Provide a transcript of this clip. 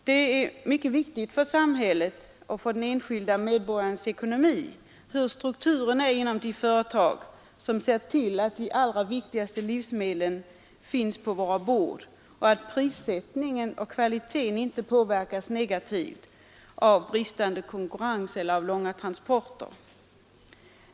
Det är mycket väsentligt för samhällets och den enskilde medborgarens ekonomi hurudan strukturen är inom de företag som ser till att de allra viktigaste livsmedlen finns på våra bord och att prissättningen och kvaliteten inte påverkas negativt av bristande konkurrens eller av långa transporter.